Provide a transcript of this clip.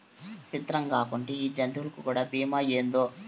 సిత్రంగాకుంటే ఈ జంతులకీ కూడా బీమా ఏందో